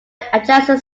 adjacent